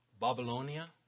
Babylonia